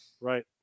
Right